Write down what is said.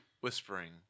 whispering